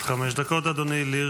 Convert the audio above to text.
בבקשה, עד חמש דקות לרשותך,